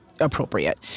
appropriate